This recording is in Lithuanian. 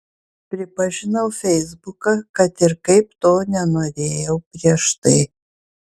pripažinau feisbuką kad ir kaip to nenorėjau prieš tai